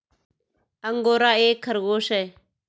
angora एक खरगोश है